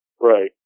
Right